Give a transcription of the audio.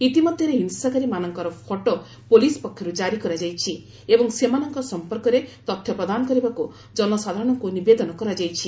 ଇତିମଧ୍ୟରେ ହିଂସାକାରୀମାନଙ୍କର photo police ପକ୍ଷରୁ ଜାରି କରାଯାଇଛି ଏବଂ ସେମାନଙ୍କ ସମ୍ପର୍କରେ ତଥ୍ୟ ପ୍ରଦାନ କରିବାକୁ ଜନସାଧାରଣଙ୍କୁ ନିବେଦନ କରାଯାଇଛି